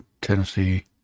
Tennessee